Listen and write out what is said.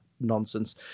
nonsense